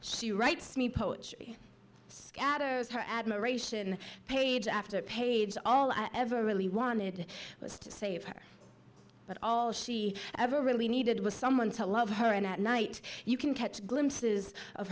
she writes me poetry her admiration page after page all i ever really wanted was to save her but all she ever really needed was someone to love her and at night you can catch glimpses of